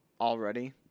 already